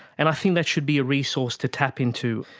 and i think that should be a resource to tap into.